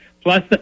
Plus